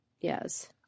Yes